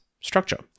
structure